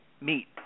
meet